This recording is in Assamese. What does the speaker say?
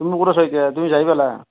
তুমি ক'ত আছা এতিয়া তুমি যাই পালা